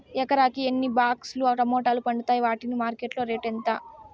ఎకరాకి ఎన్ని బాక్స్ లు టమోటాలు పండుతాయి వాటికి మార్కెట్లో రేటు ఎంత?